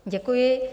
Děkuji.